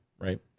right